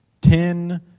ten